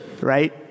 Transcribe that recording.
right